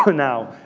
but now,